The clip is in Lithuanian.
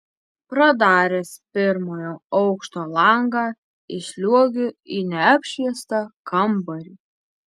pradaręs pirmojo aukšto langą įsliuogiu į neapšviestą kambarį